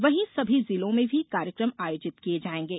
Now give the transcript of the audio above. वहीं सभी जिलों में भी कार्यक्रम आयोजित किये जायेंगे